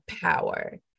power